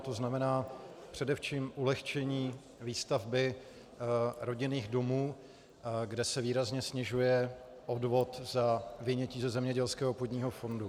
To znamená především ulehčení výstavby rodinných domů, kde se výrazně snižuje odvod za vynětí ze zemědělského půdního fondu.